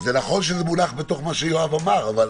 זה נכון שזה מונח בתוך מה שיואב אמר, אבל